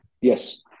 Yes